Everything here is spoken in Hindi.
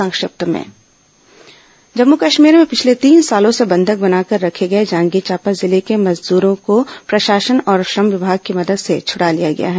संक्षिप्त समाचार जम्म् कश्मीर में पिछले तीन सालों से बंधक बनाकर रखे गए जांजगीर चांपा जिले के मजदूरों को प्रशासन और श्रम विभाग की मदद से छड़ा लिया गया है